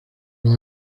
los